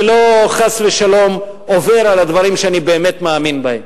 ולא חס ושלום עובר על הדברים שאני באמת מאמין בהם.